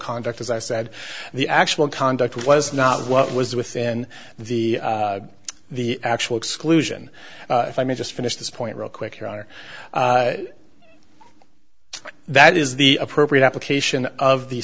conduct as i said the actual conduct was not what was within the the actual exclusion if i may just finish this point real quick here are that is the appropriate application of the